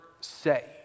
say